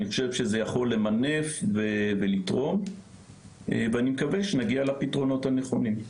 אני חושב שזה יכול למנף ולתרום ואני מקווה שנגיע לפתרונות הנכונים.